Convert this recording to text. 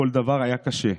כל דבר היה קשה.